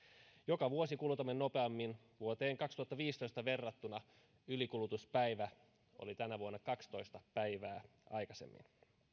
joka vuosi kulutamme nopeammin vuoteen kaksituhattaviisitoista verrattuna ylikulutuspäivä oli tänä vuonna kaksitoista päivää aikaisemmin